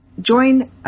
join